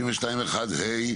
62(1)(ה),